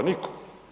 Nitko.